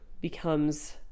becomes